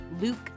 Luke